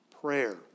prayer